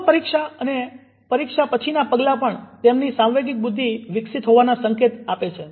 પૂર્વ પરીક્ષા અને પરીક્ષા પછીના પગલાં પણ તેમની સાંવેગિક બુદ્ધિ વિકસિત હોવાના સંકેત આપી છે